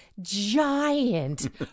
giant